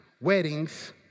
weddings